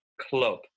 club